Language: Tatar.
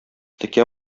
текә